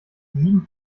sieben